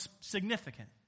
significant